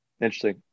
Interesting